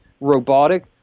robotic